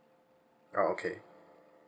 oh okay